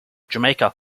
jamaica